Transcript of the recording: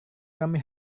kami